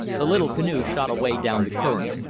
the little canoe shot away down the current.